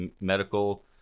medical